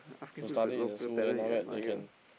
to study in school then after that they can